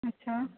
अच्छा